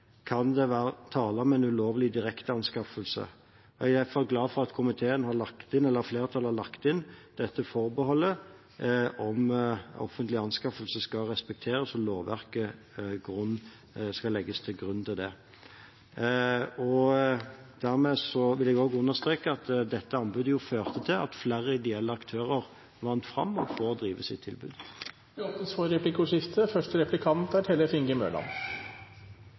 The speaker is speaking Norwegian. kan det derfor være tale om en ulovlig direkteanskaffelse. Jeg er derfor glad for at flertallet i komiteen har lagt inn dette forbeholdet om at offentlige anskaffelser skal respekteres, og at lovverket skal legges til grunn for det. Jeg vil også understreke at dette anbudet førte til at flere ideelle aktører vant fram og får drive sitt tilbud. Det blir replikkordskifte. Jeg konstaterer at statsråden synes å være svært godt fornøyd med resultatet av anbudet for